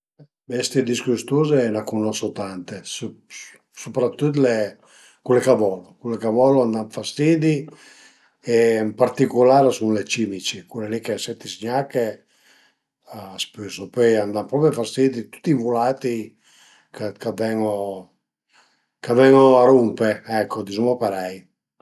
Bestie disgüstuze n'a cunosu tante, supratüt le cule ch'a volu, cule ch'a volu a më dan fastidi e ën particular a sun le cimici, cule li che se ti zgnache a spüsu, pöi a m'da propi fastidi tüti i vulati-i ch'a t'ven-u, ch'a ven-u a rumpe ecco dizuma parei